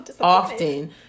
often